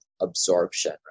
absorption